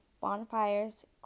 Bonfires